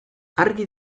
argi